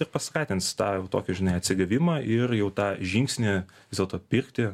ir paskatins tą tokius atsigavimą ir jau tą žingsnį vis dėl to pirkti